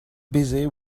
busy